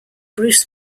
bruce